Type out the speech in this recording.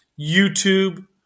YouTube